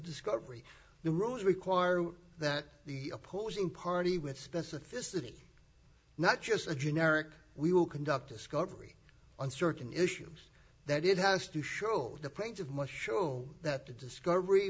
discovery the rules require that the opposing party with specificity not just a generic we will conduct discovery on certain issues that it has to show the plaintiff must show that the discovery